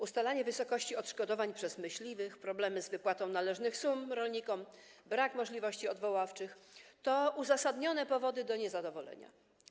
Ustalanie wysokości odszkodowań przez myśliwych, problemy z wypłatą należnych sum rolnikom, brak możliwości odwoławczych to uzasadnione powody do niezadowolenia.